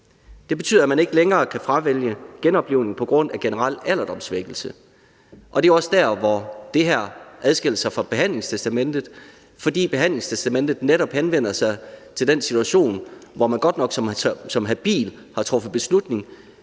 Det betyder, at man ikke længere kan fravælge genoplivning på grund af generel alderdomssvækkelse. Og det er jo også der, hvor det her adskiller sig fra behandlingstestamentet, fordi behandlingstestamentet netop vedrører den situation, hvor man godt nok som habil har truffet beslutning,